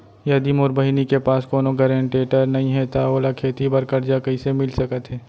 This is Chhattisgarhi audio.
यदि मोर बहिनी के पास कोनो गरेंटेटर नई हे त ओला खेती बर कर्जा कईसे मिल सकत हे?